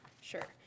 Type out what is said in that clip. Sure